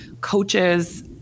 coaches